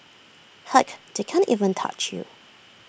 heck they can't even touch you